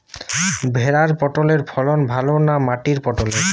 ভেরার পটলের ফলন ভালো না মাটির পটলের?